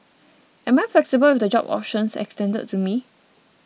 am I flexible with the job options extended to me